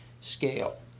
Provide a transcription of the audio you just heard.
scale